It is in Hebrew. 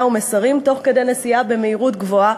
ומסרים תוך כדי נסיעה במהירות גבוהה.